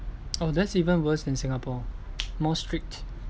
oh that's even worse than Singapore more strict